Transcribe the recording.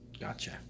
Gotcha